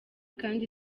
kandi